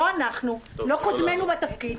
חסינות מהותית.